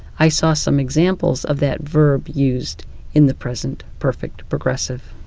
i saw some examples of that verb used in the present perfect progressive.